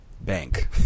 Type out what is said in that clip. bank